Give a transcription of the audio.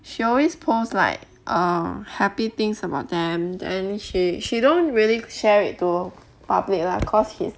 she always post like err happy things about them then she she don't really share it to public lah cause he~